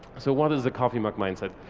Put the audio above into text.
so what is the coffee mug mindset?